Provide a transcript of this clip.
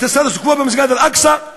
את הסטטוס-קוו במסגד אל-אקצא,